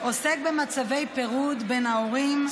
עוסק במצבי פירוד בין ההורים,